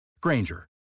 Granger